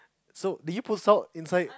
so do you put salt inside